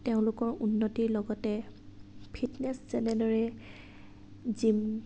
তেওঁলোকৰ উন্নতিৰ লগতে ফিটনেছ যেনেদৰে জিম